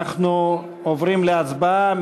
אנחנו עוברים להצבעה.